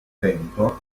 tempo